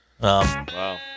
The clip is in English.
Wow